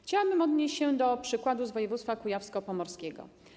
Chciałabym odnieść się do przykładu z województwa kujawsko-pomorskiego.